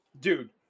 Dude